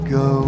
go